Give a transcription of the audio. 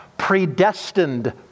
predestined